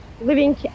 living